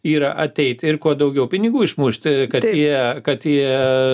yra ateiti ir kuo daugiau pinigų išmušti kad jie kad jie